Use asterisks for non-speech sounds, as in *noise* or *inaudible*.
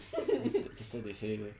*laughs*